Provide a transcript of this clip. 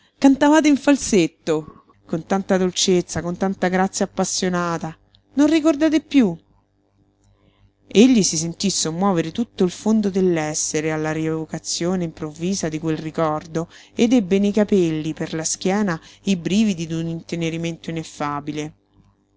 cantavate in ffalsetto con tanta dolcezza con tanta grazia appassionata non ricordate piú egli si sentí sommuovere tutto il fondo dell'essere alla rievocazione improvvisa di quel ricordo ed ebbe nei capelli per la schiena i brividi d'un